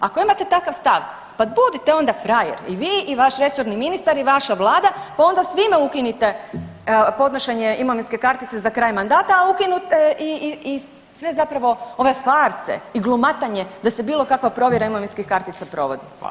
Ako imate takav stav pa budite onda frajer i vi vaš resorni ministar i vaša vlada pa onda svima ukinite podnošenje imovinske kartice za kraj mandata, a ukinite i sve zapravo ove farse i glumatanje da se bilo kakva provjera imovinskih kartica provodi.